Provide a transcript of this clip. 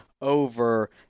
over